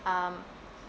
um